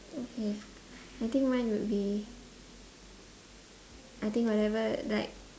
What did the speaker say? okay I think mine would be I think whatever like